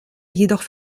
jedoch